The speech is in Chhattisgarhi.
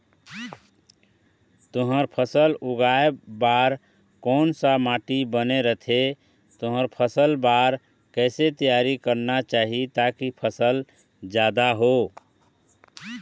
तुंहर फसल उगाए बार कोन सा माटी बने रथे तुंहर फसल बार कैसे तियारी करना चाही ताकि फसल जादा हो?